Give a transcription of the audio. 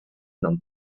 non